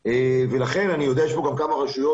יש כאן גם כמה רשויות,